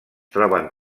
troben